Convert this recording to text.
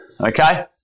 okay